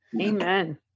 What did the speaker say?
Amen